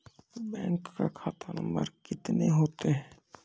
Bank का खाता number कितने होते हैं?